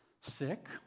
sick